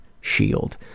shield